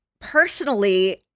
personally